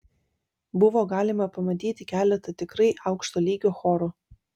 buvo galima pamatyti keletą tikrai aukšto lygio chorų